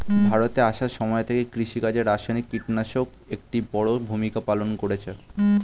ভারতে আসার সময় থেকে কৃষিকাজে রাসায়নিক কিটনাশক একটি বড়ো ভূমিকা পালন করেছে